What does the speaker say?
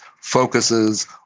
focuses